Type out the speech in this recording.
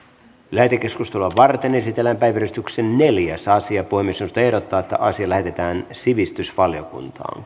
lähetekeskustelua varten esitellään päiväjärjestyksen neljäs asia puhemiesneuvosto ehdottaa että asia lähetetään sivistysvaliokuntaan